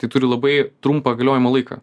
tai turi labai trumpą galiojimo laiką